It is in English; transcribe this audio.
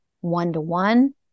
one-to-one